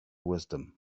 wisdom